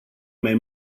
mai